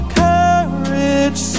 courage